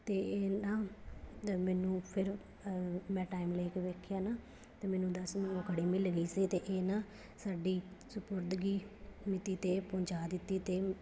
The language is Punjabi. ਅਤੇ ਇਹ ਨਾ ਦ ਮੈਨੂੰ ਫਿਰ ਮੈਂ ਟਾਈਮ ਲੈ ਕੇ ਵੇਖਿਆ ਨਾ ਅਤੇ ਮੈਨੂੰ ਦਸ ਨੂੰ ਉਹ ਘੜੀ ਮਿਲ ਗਈ ਸੀ ਅਤੇ ਇਹ ਨਾ ਸਾਡੀ ਸਪੁਰਦਗੀ ਮਿਤੀ 'ਤੇ ਪਹੁੰਚਾ ਦਿੱਤੀ ਅਤੇ